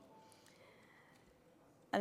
תודה לך,